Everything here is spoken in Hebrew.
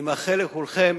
אני מאחל לכולכם